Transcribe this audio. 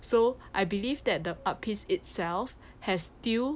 so I believe that the art piece itself has still